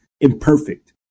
imperfect